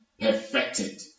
perfected